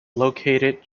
located